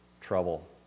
trouble